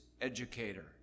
educator